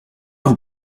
vous